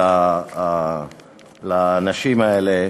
לאנשים האלה,